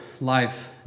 life